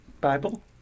Bible